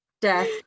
Death